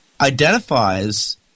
identifies